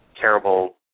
terrible